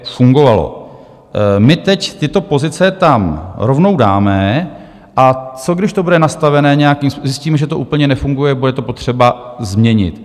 My teď tyto pozice tam rovnou dáme, a co když to bude nastavené nějakým zjistíme, že to úplně nefunguje, bude to potřeba změnit?